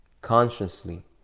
consciously